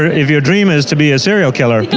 if your dream is to be a serial killer,